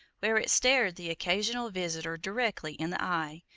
where it stared the occasional visitor directly in the eye,